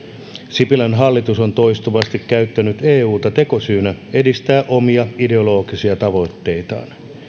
sipilän hallitus on toistuvasti käyttänyt euta tekosyynä edistää omia ideologisia tavoitteitaan